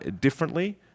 differently